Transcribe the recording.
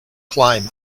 climb